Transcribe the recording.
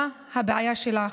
מה הבעיה שלך,